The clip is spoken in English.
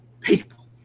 people